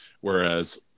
Whereas